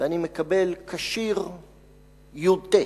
ואני מקבל כשיר י"ט,